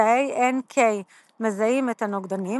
תאי NK מזהים את הנוגדנים,